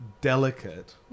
delicate